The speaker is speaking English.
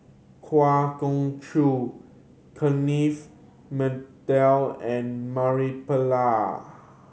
Kwa Geok Choo Kenneth Mitchell and Murali Pillai